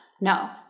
no